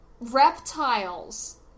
reptiles